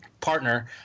partner